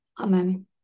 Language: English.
Amen